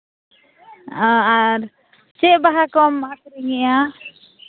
ᱟᱨ ᱪᱮᱫ ᱵᱟᱦᱟ ᱠᱚᱢ ᱟᱹᱠᱷᱨᱤᱧᱮᱫᱼᱟ